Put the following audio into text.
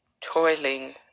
toiling